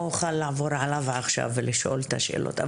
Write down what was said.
לא אוכל לעבור על המסמך עכשיו ולשאול את השאלות.